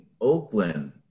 Oakland